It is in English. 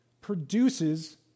produces